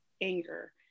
anger